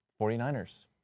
49ers